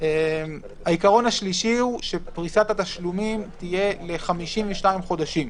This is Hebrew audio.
העיקרון השלישי פריסת התשלומים תהיה ל-52 חודשים.